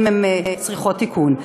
אם הן צריכות תיקון.